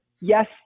yes